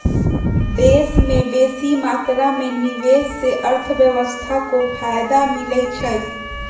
देश में बेशी मात्रा में निवेश से अर्थव्यवस्था को फयदा मिलइ छइ